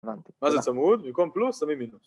מה זה צמוד? במקום פלוס, שמים מינוס